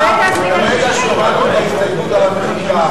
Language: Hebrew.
ברגע שהורדנו את ההסתייגות,